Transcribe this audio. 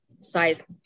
size